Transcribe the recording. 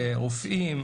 רופאים,